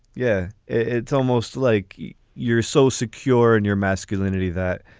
yeah, it's almost like you're so secure in your masculinity that,